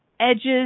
edges